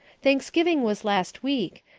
thanksgiving was last week.